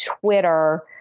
Twitter